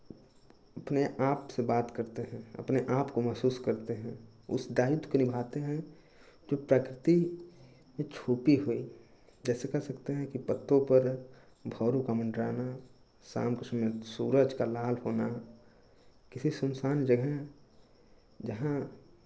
अपने आप से बात करते हैं अपने आपको महसूस करते हैं उस दायित्व को निभाते हैं कुछ प्रकृति को छूती हुई जैसे कह सकते हैं कि पत्तों पर भौरों का मंडराना शाम के समय सूरज का लाल होना किसी सुनसान जगह जहाँ